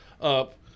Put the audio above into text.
up